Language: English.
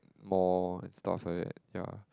more and stuff like that ya